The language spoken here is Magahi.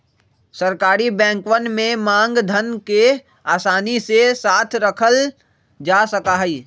सरकारी बैंकवन में मांग धन के आसानी के साथ रखल जा सका हई